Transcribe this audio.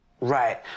right